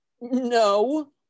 No